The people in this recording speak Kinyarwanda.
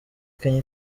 kenya